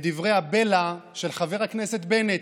לדברי הבלע של חבר הכנסת בנט,